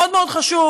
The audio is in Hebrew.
מאוד מאוד חשוב,